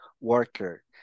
worker